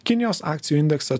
kinijos akcijų indeksą